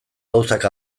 gauzak